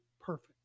perfect